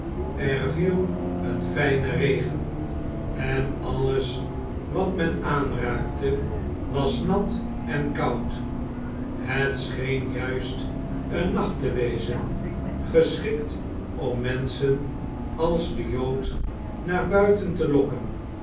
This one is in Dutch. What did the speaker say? er viel een fijne regen en alles wat men aanraakte was nat en koud het scheen juist een nacht te wezen geschikt om menschen als de jood naar buiten te lokken